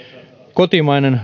kotimainen